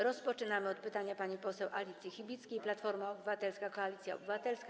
Rozpoczynamy od pytania pani poseł Alicji Chybickiej, Platforma Obywatelska - Koalicja Obywatelska.